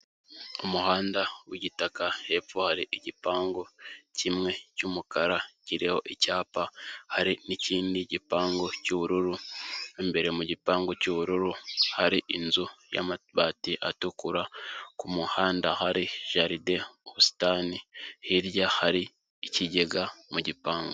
Umuhanda w'igitaka hepfo hari igipangu kimwe cy'umukara kiriho icyapa, hari n'ikindi gipangu cy'ubururu imbere mu gipangu cy'ubururu hari inzu y'amabati atukura, ku muhanda hari jaride, ubusitani, hirya hari ikigega mu gipangu.